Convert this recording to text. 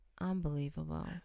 Unbelievable